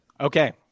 okay